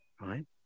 right